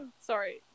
Sorry